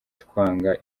twanga